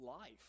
Life